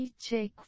Check